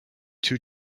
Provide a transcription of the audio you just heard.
two